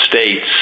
states